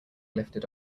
lifted